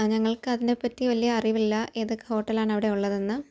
ആ ഞങ്ങൾക്ക് അതിനെ പറ്റി വലിയ അറിവില്ല ഏതൊക്കെ ഹോട്ടലാണ് അവിടെ ഉള്ളതെന്ന്